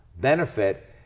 benefit